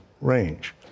range